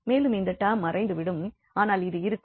மேலும் இந்த டெர்ம் மறைந்துவிடும் ஆனால் இது இருக்கும்